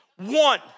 One